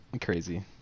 Crazy